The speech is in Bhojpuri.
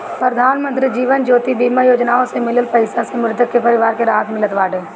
प्रधानमंत्री जीवन ज्योति बीमा योजना से मिलल पईसा से मृतक के परिवार के राहत मिलत बाटे